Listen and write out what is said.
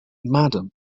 madame